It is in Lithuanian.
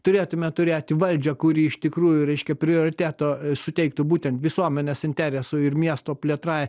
turėtume turėti valdžią kuri iš tikrųjų reiškia prioriteto suteiktų būtent visuomenės interesų ir miesto plėtrai